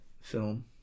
Film